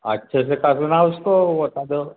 अच्छे से कसना उसको बता दो